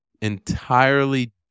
entirely